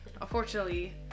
unfortunately